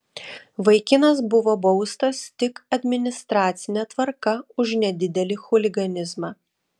vaikinas buvo baustas tik administracine tvarka už nedidelį chuliganizmą